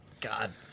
God